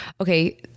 okay